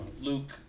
Luke